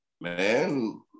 Man